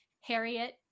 Harriet